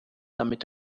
damit